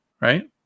right